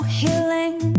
healing